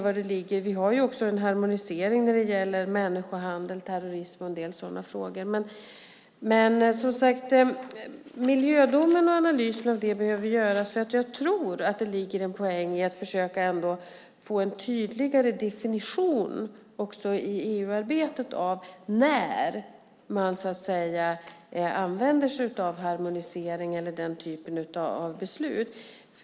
Vi har också en harmonisering när det gäller människohandel, terrorism och en del sådana frågor. Analysen av miljödomen behöver göras och jag tror att det ligger en poäng i att försöka få en tydligare definition också i EU-arbetet av när man använder sig av harmonisering eller den typen av beslut.